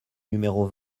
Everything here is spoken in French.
numéro